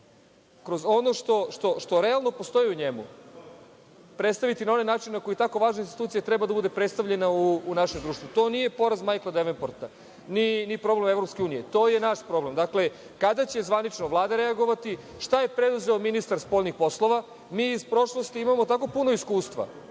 kroz ono što realno postoji u njemu predstaviti na onaj način na koji tako važna institucija treba da bude predstavljena u našem društvu. To nije poraz Majkla Devenporta, ni problem EU, to je naš problem. Dakle, kada će zvanično Vlada reagovati, šta je preduzeo ministar spoljnih poslova? Mi iz prošlosti imamo tako puno iskustva,